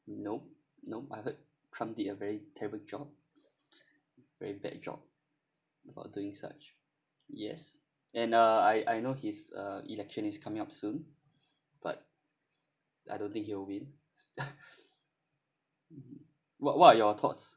no no I heard trump did a very terrible job very bad job about doing such yes and uh I I know his uh election is coming up soon but I don't think he'll win what what are your thoughts